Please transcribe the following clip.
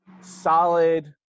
solid